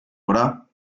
oder